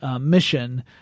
mission